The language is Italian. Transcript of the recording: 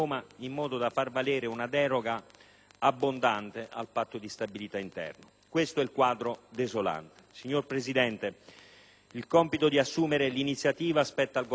abbondante al Patto di stabilità interno. Questo è il quadro desolante. Signora Presidente, il compito di assumere l'iniziativa spetta al Governo e noi rispettiamo questa